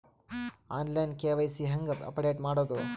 On line KYC ಹೇಂಗ update ಮಾಡೋದು?